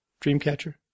Dreamcatcher